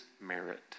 merit